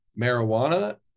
marijuana